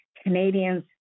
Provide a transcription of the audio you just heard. Canadians